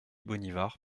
bonnivard